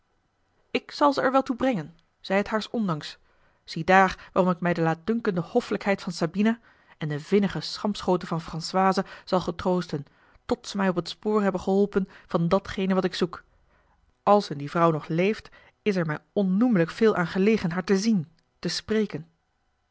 ik zal ze er wel toe brengen zij het haars ondanks ziedaar waarom ik mij de laatdunkende hoffelijkheid van sabina en de vinnige schampschoten van françoise zal getroosten tot ze mij op het spoor hebben geholpen van datgene wat ik zoek als die vrouw nog leeft is er mij onnoemelijk veel aan gelegen haar te zien te spreken